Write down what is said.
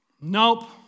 nope